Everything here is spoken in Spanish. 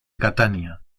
catania